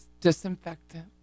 disinfectant